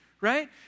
right